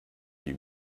you